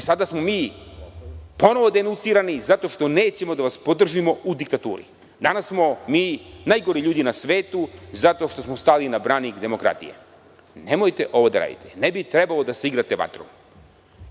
Sada smo mi ponovo denucirani zato što nećemo da vas podržimo u diktaturi. Danas smo mi najgori ljudi na svetu zato što smo stali na branik demokratije. Nemojte ovo da radite. Ne bi trebalo da se igrate vatrom,